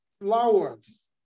flowers